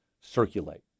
circulate